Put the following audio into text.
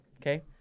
Okay